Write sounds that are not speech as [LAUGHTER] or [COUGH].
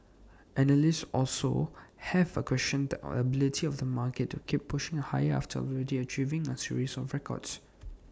analysts also have A questioned [UNINTELLIGIBLE] the ability of the market to keep pushing higher after already achieving A series of records [NOISE]